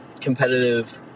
competitive